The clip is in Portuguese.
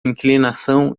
inclinação